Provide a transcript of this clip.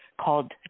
called